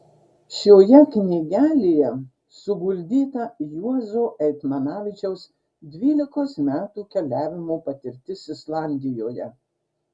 šioje knygelėje suguldyta juozo eitmanavičiaus dvylikos metų keliavimo patirtis islandijoje